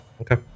okay